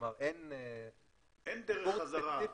כלומר אין --- אין דרך חזרה,